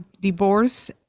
divorce